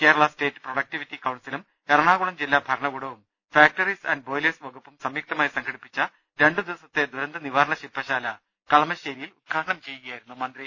Kerala state productivity കൌൺസിലും എറണാകുളം ജില്ലാ ഭരണകൂടവും ഫാക്ടറീസ് ആന്റ് ബോയിലേഴ്സ് വകുപ്പും സംയുക്തമായി സംഘടിപ്പിച്ച രണ്ടു ദിവസത്തെ ദുരന്ത നിവാരണ ശിൽപശാല കളമശേരിയിൽ ഉദ്ഘാടനം ചെയ്യു കയായിരുന്നു മന്ത്രി